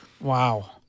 Wow